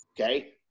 okay